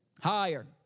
Higher